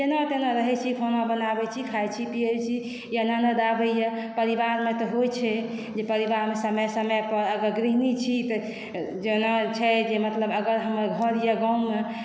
जेना तेना रहय छी खाना बनाबय छी खाइ छी पियै छी या ननद आबइए परिवारमे तऽ होइ छै जे परिवारमे समय समय पर अगर गृहिणी छी तऽ जेना छै जे मतलब अगर हमर घर यऽ गाँवमे